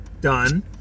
done